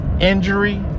injury